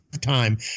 time